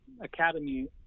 academy